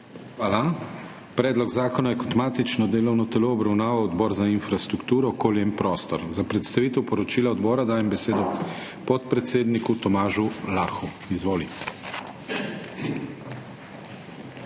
Hvala. Predlog zakona je kot matično delovno telo obravnaval Odbor za infrastrukturo, okolje in prostor. Za predstavitev poročila odbora dajem besedo podpredsedniku Tomažu Lahu. Izvoli.